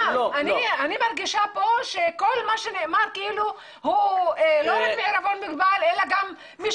אני מרגישה שכל מה שנאמר הוא לא רק בערבון מוגבל אלא גם מי